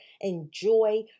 enjoy